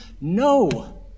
No